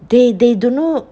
they they don't know